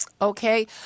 Okay